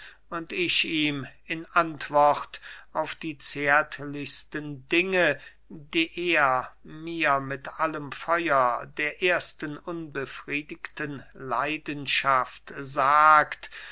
und ich ihm in antwort auf die zärtlichsten dinge die er mir mit allem feuer der ersten unbefriedigten leidenschaft sagt